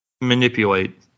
manipulate